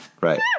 Right